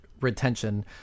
retention